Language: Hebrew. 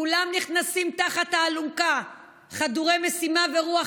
כולם נכנסים תחת האלונקה חדורי משימה ורוח